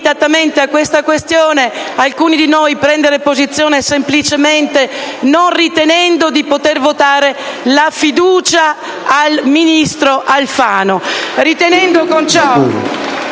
a tale questione, prenderanno posizione semplicemente non ritenendo di poter votare la fiducia al ministro Alfano.